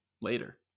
later